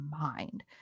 mind